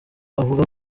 avuga